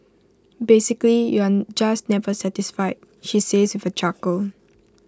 basically you're just never satisfied she says with A chuckle